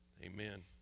Amen